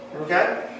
okay